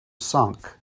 sunk